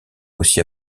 aussi